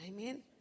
Amen